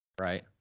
right